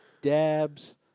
dabs